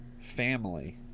family